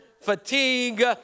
fatigue